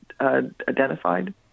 identified